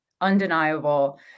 undeniable